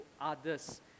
others